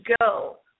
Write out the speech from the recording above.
go